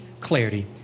clarity